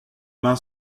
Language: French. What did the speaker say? main